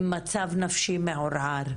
במצב נפשי מעורער,